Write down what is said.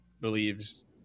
believes